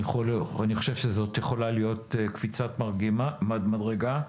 אני חושב שזו יכולה קפיצת מדרגה.